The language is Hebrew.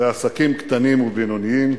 לעסקים קטנים ובינוניים,